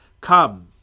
Come